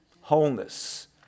wholeness